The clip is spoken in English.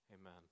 amen